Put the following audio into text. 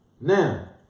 Now